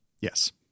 Yes